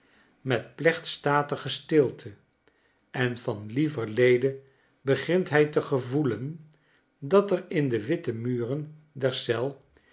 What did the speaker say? met plechtstatige stilte en van lieverlede begint hij te gevoelen dat er in de witte muren